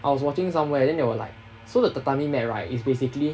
I was watching somewhere then they were like so the tatami mat right is basically